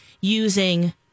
using